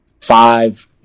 five